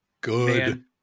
Good